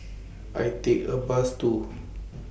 I Take A Bus to